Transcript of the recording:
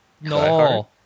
No